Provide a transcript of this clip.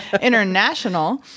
international